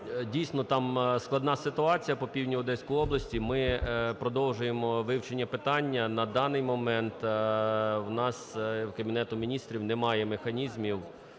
Дійсно, там складана ситуація по півдню Одеської області. Ми продовжуємо вивчення питання. На даний момент у нас в Кабінету Міністрів немає механізмів